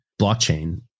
blockchain